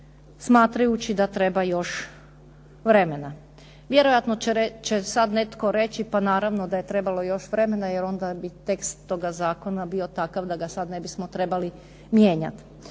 smatrajući da treba još vremena. Vjerojatno će sad netko reći pa naravno da je trebalo još vremena jer onda bi tekst toga zakona da ga sad ne bismo trebali mijenjati.